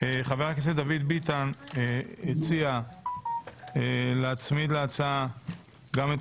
חבר הכנסת דוד ביטן הציע להצמיד להצעה גם את